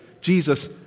Jesus